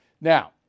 Now